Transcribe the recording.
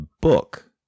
book